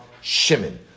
Shimon